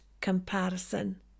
comparison